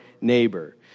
neighbor